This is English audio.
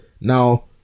Now